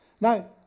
Now